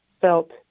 felt